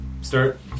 start